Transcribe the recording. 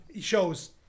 shows